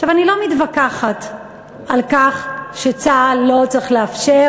אני לא מתווכחת על כך שצה"ל לא צריך לאפשר